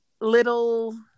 little